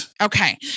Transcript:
Okay